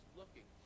looking